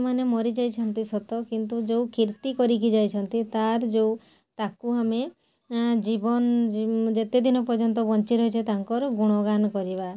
ସେମାନେ ମରିଯାଇଛନ୍ତି ସତ କିନ୍ତୁ ଯେଉଁ କୀର୍ତ୍ତି କରିକି ଯାଇଛନ୍ତି ତାର ଯେଉଁ ତାକୁ ଆମେ ଜୀବନ ଯେତେ ଦିନ ପର୍ଯ୍ୟନ୍ତ ବଞ୍ଚି ରହିଛେ ତାଙ୍କର ଗୁଣ ଗାନ କରିବା